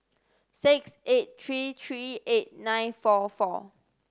six eight three three eight nine four four